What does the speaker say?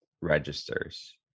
registers